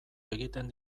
egiten